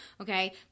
okay